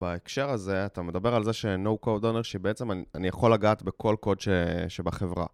בהקשר הזה אתה מדבר על זה ש-NoCodeDonor שבעצם אני יכול לגעת בכל קוד שבחברה.